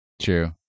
True